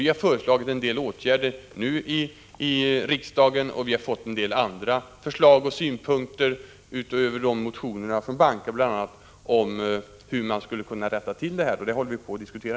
Vi har nu föreslagit en del åtgärder i riksdagen, och vi har utöver motioner som väckts fått en del ytterligare förslag och synpunkter, bl.a. från banker, om hur man skulle kunna rätta till vissa förhållanden. Detta håller vi nu på att diskutera.